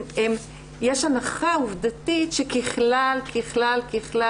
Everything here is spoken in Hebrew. יש הנחה עובדתית שככלל וכו'.